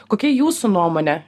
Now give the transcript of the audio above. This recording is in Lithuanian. kokia jūsų nuomonė